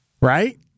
right